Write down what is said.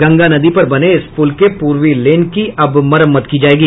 गंगा नदी पर बने इस पुल के पूर्वी लेन की अब मरम्मत की जायेगी